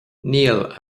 níl